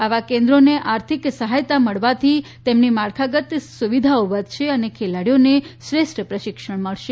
આવા કેન્દ્રોને આર્થિક સહાયતા મળવાથી તેમની માળખાગત સુવિધાઓ વધશે ખેલાડીઓને શ્રેષ્ઠ પ્રશિક્ષણ મળશે